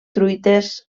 truites